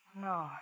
No